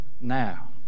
now